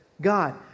God